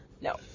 No